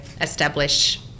establish